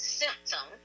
symptom